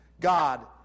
God